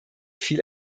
viel